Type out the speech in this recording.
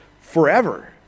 forever